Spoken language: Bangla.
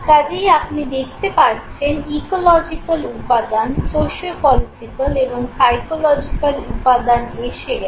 কাজেই আপনি দেখতে পাচ্ছেন ইকোলজিকাল উপাদান সোশিও পলিটিকাল এবং সাইকোলজিকাল উপাদান এসে গেলো